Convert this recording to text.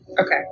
Okay